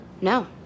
No